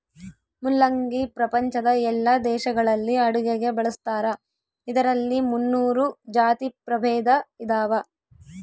ಮುಲ್ಲಂಗಿ ಪ್ರಪಂಚದ ಎಲ್ಲಾ ದೇಶಗಳಲ್ಲಿ ಅಡುಗೆಗೆ ಬಳಸ್ತಾರ ಇದರಲ್ಲಿ ಮುನ್ನೂರು ಜಾತಿ ಪ್ರಭೇದ ಇದಾವ